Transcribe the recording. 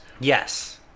Yes